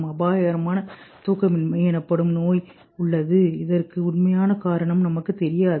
அபாயகரமான தூக்கமின்மை எனப்படும் நோய் உள்ளதுஇதற்கு உண்மையான காரணம் நமக்குத் தெரியாது